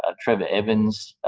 ah trevor evans,